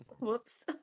Whoops